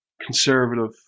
conservative